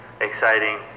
exciting